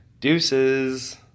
Deuces